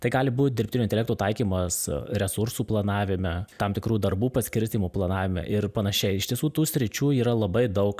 tai gali būt dirbtinio intelekto taikymas resursų planavime tam tikrų darbų paskirstymo planavime ir panašiai iš tiesų tų sričių yra labai daug